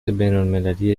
بینالمللی